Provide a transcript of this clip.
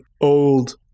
old